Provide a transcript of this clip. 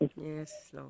Yes